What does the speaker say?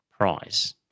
price